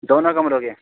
دونوں کمروں کے